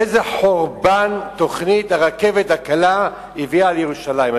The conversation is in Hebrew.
איזה חורבן תוכנית הרכבת הקלה הביאה על ירושלים,